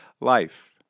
life